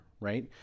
right